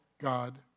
God